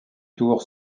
tours